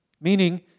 Meaning